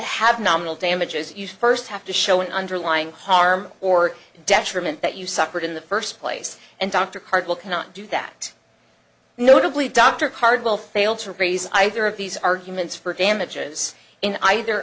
have nominal damages you first have to show an underlying harm or detriment that you suffered in the first place and dr cardwell cannot do that notably dr cardwell fail to raise either of these arguments for damages in either